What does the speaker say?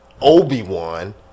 Obi-Wan